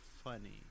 funny